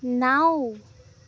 نَو